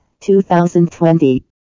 2020